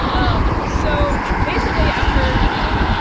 um so basically, after you know,